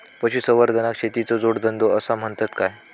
पशुसंवर्धनाक शेतीचो जोडधंदो आसा म्हणतत काय?